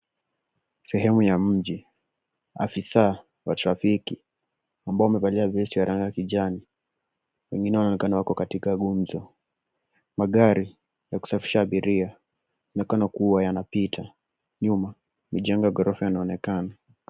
Sehemu ya mji. Afisa wa trafiki ambaye amevalia vesti ya rangi ya kijani, wengine wanaonekana wako katika gumzo. Magari ya kusafirisha abiria yanaonekana kuwa yanapita. Nyuma, mijengo ya ghorofa inaonekana.